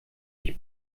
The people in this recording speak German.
nicht